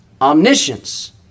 omniscience